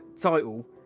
title